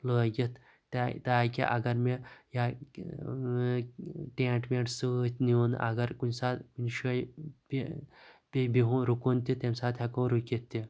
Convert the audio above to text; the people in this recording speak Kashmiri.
لٔگِتھ یا تاکہِ اَگَر مےٚ ٹیٚنٹ ویٚنٹ سۭتۍ نِیُن اَگَر کُنہِ ساتہِ کُنہِ شٲے پیٚیہ بِہُن رُکُن تہِ تمہِ ساتہٕ ہیٚکو رُکِتھ تہِ